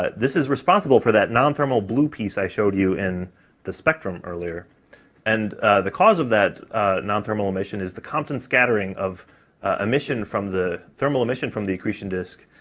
this is responsible for that non-thermal blue piece i showed you in the spectrum earlier and the cause of that non-thermal emission is the compton scattering of emission from the thermal emission from the accretion disk,